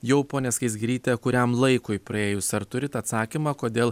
jau ponia skaisgiryte kuriam laikui praėjus ar turit atsakymą kodėl